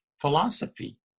philosophy